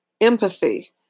empathy